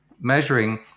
measuring